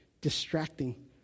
distracting